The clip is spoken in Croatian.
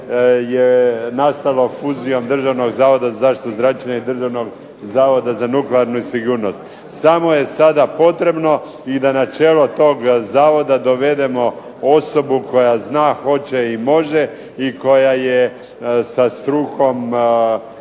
je nastalo fuzijom Državnog zavoda za zaštitu zračenja i Državnog zavoda za nuklearnu sigurnost. Samo je sada potrebno i da na čelo tog zavoda dovedemo osobu koja zna, hoće i može i koja je sa strukom